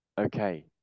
Okay